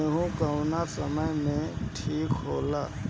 गेहू कौना समय मे ठिक होला?